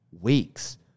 weeks